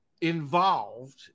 involved